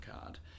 card